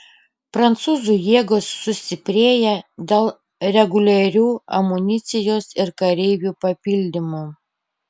prancūzų jėgos sustiprėja dėl reguliarių amunicijos ir kareivių papildymų